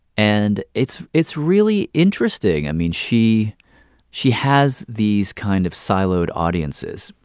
and it's it's really interesting. i mean, she she has these kind of siloed audiences.